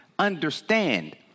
Understand